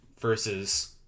versus